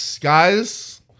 guys